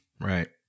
Right